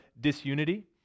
disunity